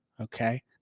okay